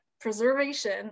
preservation